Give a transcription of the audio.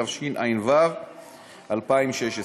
התשע"ו 2016,